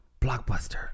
Blockbuster